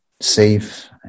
safe